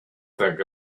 think